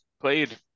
played